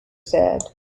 said